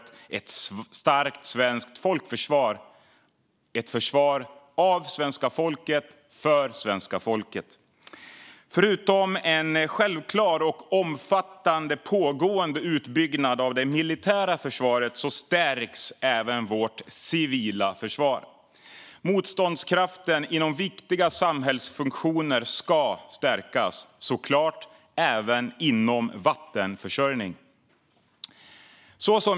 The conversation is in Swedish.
Det handlar om ett starkt svenskt folkförsvar: Ett försvar av svenska folket och för svenska folket. Förutom en självklar och omfattande pågående utbyggnad av det militära försvaret stärks även vårt civila försvar. Motståndskraften inom viktiga samhällsfunktioner ska stärkas, och såklart även inom vattenförsörjning.